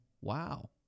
Wow